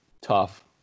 tough